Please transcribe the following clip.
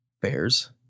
Bears